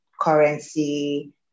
currency